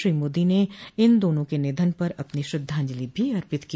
श्री मोदी ने इन दोनों के निधन पर अपनी श्रद्धांजलि भी अर्पित की